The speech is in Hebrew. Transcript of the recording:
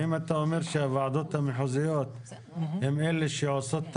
האם אתה אומר שהוועדות המחוזיות הן אלה שעושות את